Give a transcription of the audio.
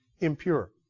impure